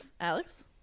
alex